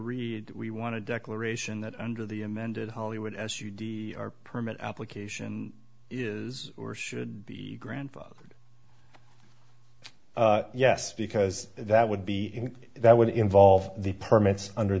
read we want to declaration that under the amended hollywood s u d r permit application is or should be grandfathered yes because that would be that would involve the permits under